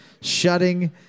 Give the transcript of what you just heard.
shutting